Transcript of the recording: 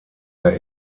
der